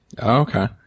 Okay